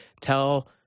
tell